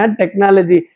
technology